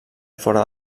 fora